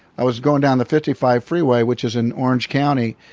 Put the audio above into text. i was going down the fifty five freeway, which is in orange county.